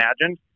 imagined